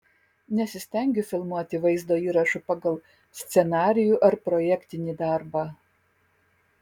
nesistengiu filmuoti vaizdo įrašų pagal scenarijų ar projektinį darbą